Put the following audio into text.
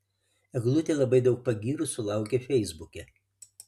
eglutė labai daug pagyrų sulaukia feisbuke